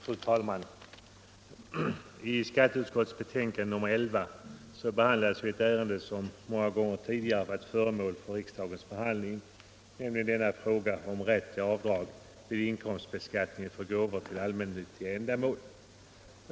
Fru talman! I skatteutskottets betänkande nr 11 behandlas ett ärende som många gånger tidigare varit föremål för riksdagens behandling, nämligen frågan om rätt till avdrag vid inkomstbeskattningen för gåvor till allmännyttiga ändamål.